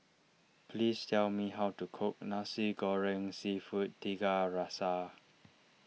please tell me how to cook Nasi Goreng Seafood Tiga Rasa